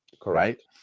Correct